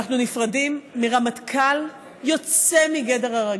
אנחנו נפרדים מרמטכ"ל יוצא מגדר הרגיל.